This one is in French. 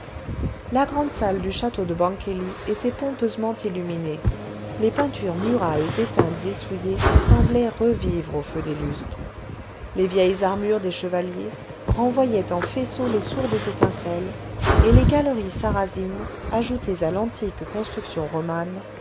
la grande salle du château de bangkeli était pompeusement illuminée les peintures murales déteintes et souillées semblaient revivre aux feux des lustres les vieilles armures des chevaliers renvoyaient en faisceaux les sourdes étincelles et les galeries sarrasines ajoutées à l'antique construction romane